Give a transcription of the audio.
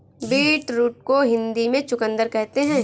beetroot को हिंदी में चुकंदर कहते हैं